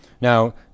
Now